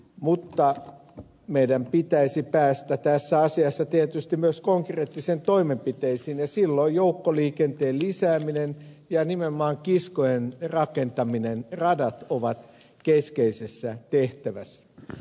mutta meidän pitäisi päästä tässä asiassa tietysti myös konkreettisiin toimenpiteisiin ja silloin joukkoliikenteen lisääminen ja nimenomaan kiskojen rakentaminen radat ovat keskeisessä tehtävässä